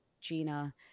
gina